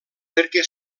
perquè